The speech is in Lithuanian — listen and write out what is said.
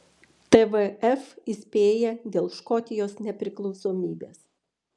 tvf įspėja dėl škotijos nepriklausomybės